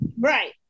right